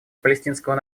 палестинского